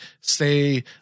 say